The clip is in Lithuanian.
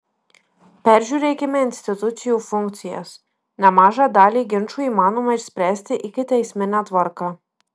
peržiūrėkime institucijų funkcijas nemažą dalį ginčų įmanoma išspręsti ikiteismine tvarka